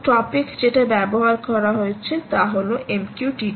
এবং টপিক যেটা ব্যবহার করা হয়েছে তা হলো MQTT